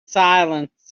silence